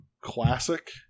classic